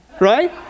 right